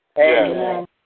Amen